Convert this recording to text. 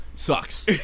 Sucks